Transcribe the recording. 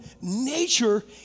nature